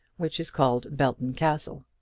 which is called belton castle.